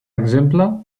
exemple